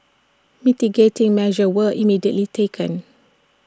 mitigating measures were immediately taken